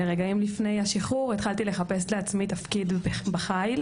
רגעים לפני השחרור התחלתי לחפש לעצמי תפקיד בחייל